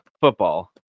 football